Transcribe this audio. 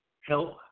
help